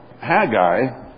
Haggai